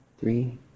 three